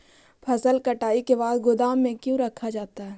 फसल कटाई के बाद गोदाम में क्यों रखा जाता है?